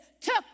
took